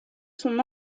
son